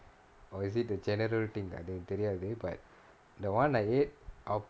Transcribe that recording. or is it the general thing அது தெரியாது:athu theriyaathu but the [one] I ate